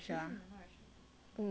um